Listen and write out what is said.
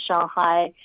Shanghai